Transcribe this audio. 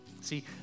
See